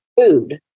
food